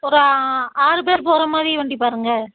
ஒரு ஆ ஆறு பேர் போகிற மாதிரி வண்டி பாருங்கள்